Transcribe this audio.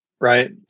right